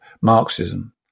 Marxism